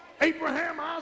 Abraham